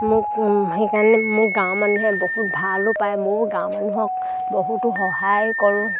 মোক সেইকাৰণে মোৰ গাঁৱৰ মানুহে বহুত ভালো পায় মোৰ গাঁও মানুহক বহুতো সহায় কৰোঁ